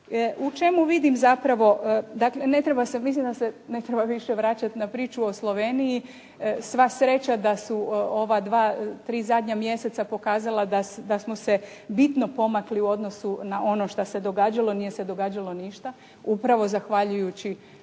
U čemu vidim zapravo, dakle ne treba se, mislim da se ne treba više vraćati na priču o Sloveniju. Sva sreća da su ova dva, tri zadnja mjeseca pokazala da smo se bitno pomakli u odnosu na ono što se događalo, nije se događalo ništa upravo zahvaljujući